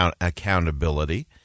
accountability